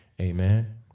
Amen